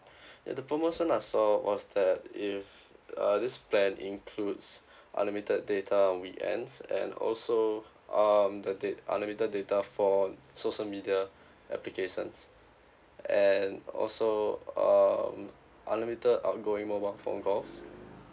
uh the promotion I saw was that is uh this plan includes unlimited data on weekends and also um the da~ unlimited data for social media applications and also um unlimited outgoing mobile phone calls